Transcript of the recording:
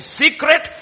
secret